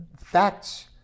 facts